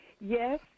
Yes